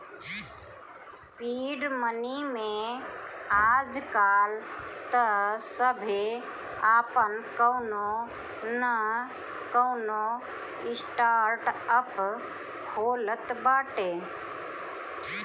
seed money में आजकाल तअ सभे आपन कवनो नअ कवनो स्टार्टअप खोलत बाटे